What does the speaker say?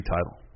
Title